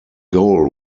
goal